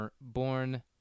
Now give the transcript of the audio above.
born